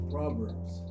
Proverbs